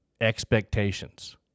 expectations